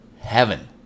heaven